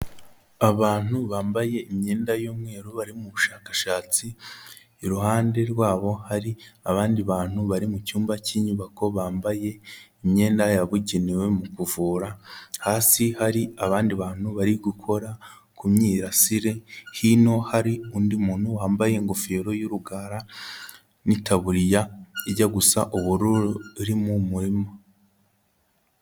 Abantu bambaye imyenda y'umweru bari mu bushakashatsi, iruhande rwabo hari abandi bantu bari mu cyumba cy'inyubako bambaye imyenda yabugenewe mu kuvura, hasi hari abandi bantu bari gukora ku myirasire, hino hari undi muntu wambaye ingofero y'urugara n'itaburiya ijya gusa ubururu uri mu murima